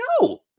no